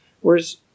whereas